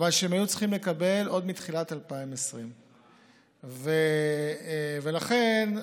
היו צריכים לקבל עוד בתחילת 2020. לכן,